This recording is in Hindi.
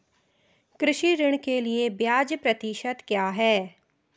कृषि ऋण के लिए ब्याज प्रतिशत क्या है?